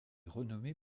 renommée